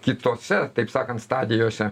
kitose taip sakant stadijose